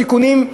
תיקונים,